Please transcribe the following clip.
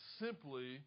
simply